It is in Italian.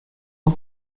con